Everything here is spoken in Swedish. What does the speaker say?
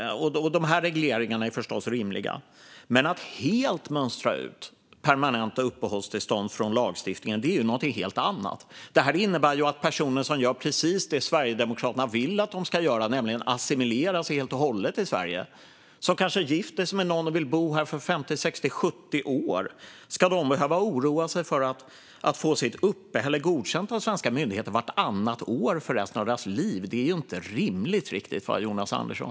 Sådana regleringar är förstås rimliga, men att helt mönstra ut permanenta uppehållstillstånd från lagstiftningen är något helt annat. Det innebär att personer som gör precis det som Sverigedemokraterna vill att de ska göra, nämligen assimileras helt och hållet i Sverige, och som kanske gifter sig med någon och vill bo här i 50, 60 eller 70 år ska behöva oroa sig för att få sitt uppehåll godkänt av svenska myndigheter vartannat år i resten av sitt liv. Det är väl inte rimligt, Jonas Andersson?